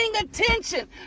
attention